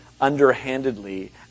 underhandedly